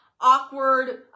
Awkward